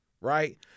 right